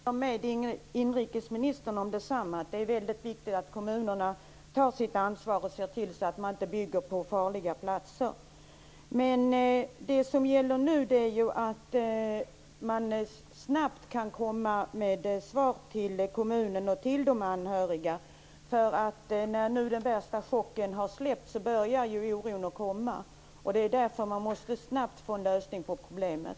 Fru talman! Jag håller med inrikesministern om att det är viktigt att kommunerna tar sitt ansvar och ser till att det inte byggs på farliga platser. Men nu gäller det att snabbt komma med svar till kommunen och de berörda. När den värsta chocken nu har släppt börjar oron komma, och därför måste man snabbt få en lösning på problemet.